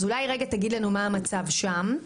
אז תגיד לנו מה המצב שם,